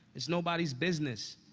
it's nobody's business.